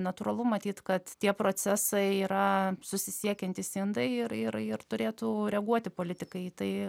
natūralu matyt kad tie procesai yra susisiekiantys indai ir ir ir turėtų reaguoti politikai į tai